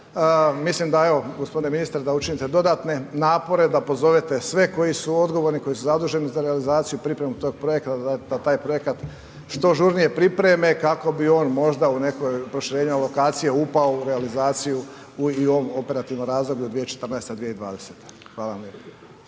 Mislim da evo, g. ministre da učinite dodatne napore da pozovete sve koji su odgovorni, koji su zaduženi za realizaciju i pripremu tog projekta da taj projekat što žurnije pripreme kako bi on možda u nekoj proširenje alokacije upao u realizaciju i u ovom operativnom razdoblju od 2014., 2020. Hvala vam